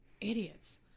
idiots